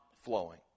flowing